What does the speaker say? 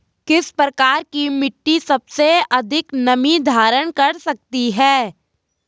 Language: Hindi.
किस प्रकार की मिट्टी सबसे अधिक नमी धारण कर सकती है?